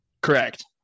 Correct